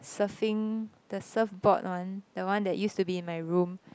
surfing the surf board one the one that used to be in my room